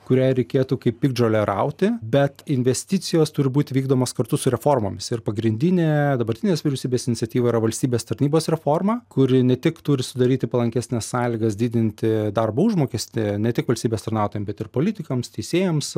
kurią reikėtų kaip piktžolę rauti bet investicijos turi būti vykdomos kartu su reformomis ir pagrindinė dabartinės vyriausybės iniciatyva yra valstybės tarnybos reforma kuri ne tik turi sudaryti palankesnes sąlygas didinti darbo užmokestį ne tik valstybės tarnautojam bet ir politikams teisėjams